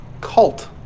cult